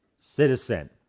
citizen